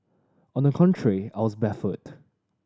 on the contrary I was baffled